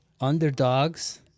Underdogs